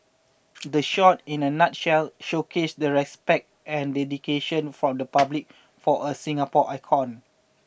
the shot in a nutshell showcased the respect and dedication from the public for a Singapore icon